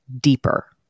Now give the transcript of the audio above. deeper